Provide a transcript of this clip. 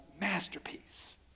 masterpiece